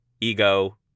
ego